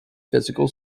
physical